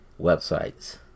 websites